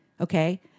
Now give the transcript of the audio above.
Okay